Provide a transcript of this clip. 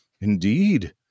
Indeed